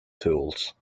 tools